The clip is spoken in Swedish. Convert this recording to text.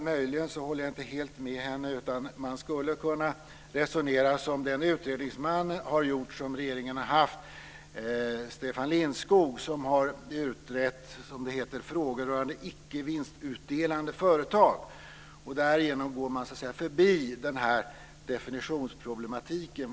Möjligen håller jag inte helt med henne, utan man skulle kunna resonera som den utredningsman som regeringen har haft har gjort. Det är Stefan Lindskog, som har utrett frågor rörande icke vinstutdelande företag, som det heter. Därigenom går man förbi definitionsproblematiken.